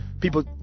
people